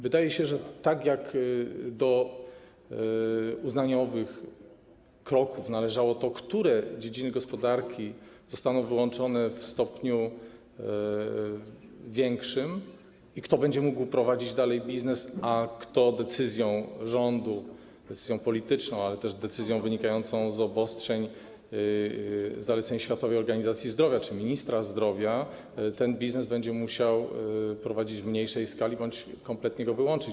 Wydaje się, że tak jak do uznaniowych kroków należało to, które dziedziny gospodarki zostaną wyłączone w stopniu większym i kto będzie mógł dalej prowadzić biznes, a kto decyzją rządu, decyzją polityczną, ale też decyzją wynikającą z obostrzeń, zaleceń Światowej Organizacji Zdrowia czy ministra zdrowia ten biznes będzie musiał prowadzić w mniejszej skali bądź kompletnie go wyłączyć.